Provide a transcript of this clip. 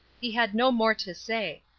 he had no more to say,